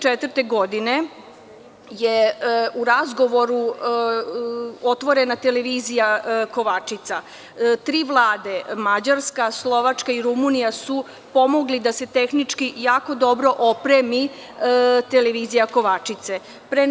Godine 2004. je u razgovoru otvorena Televizija „Kovačica“ tri vlade, Mađarska, Slovačka i Rumunija su pomogle da se tehnički jako dobro opremi Televizija „Kovačica“